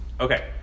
Okay